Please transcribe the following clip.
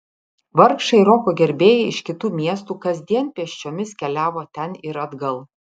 vargšai roko gerbėjai iš kitų miestų kasdien pėsčiomis keliavo ten ir atgal